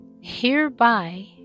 Hereby